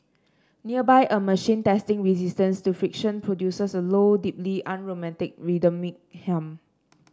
nearby a machine testing resistance to friction produces a low deeply unromantic rhythmic hum